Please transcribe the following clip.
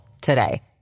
today